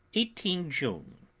eighteen june.